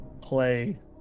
play